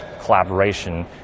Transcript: collaboration